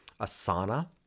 Asana